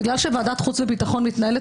כיוון שוועדת חוץ וביטחון מתנהלת